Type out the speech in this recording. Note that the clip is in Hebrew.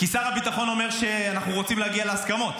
שר הביטחון אומר שרוצים להגיע להסכמות,